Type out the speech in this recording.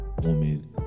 woman